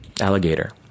alligator